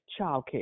childcare